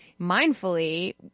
mindfully